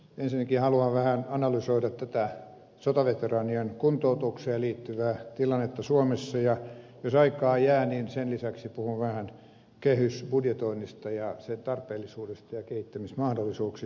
ensinnäkin haluan vähän analysoida tätä sotaveteraanien kuntoutukseen liittyvää tilannetta suomessa ja jos aikaa jää niin sen lisäksi puhun vähän kehysbudjetoinnista ja sen tarpeellisuudesta ja kehittämismahdollisuuksista